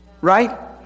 Right